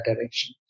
direction